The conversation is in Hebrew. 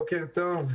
בוקר טוב.